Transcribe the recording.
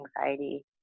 anxiety